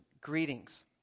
Greetings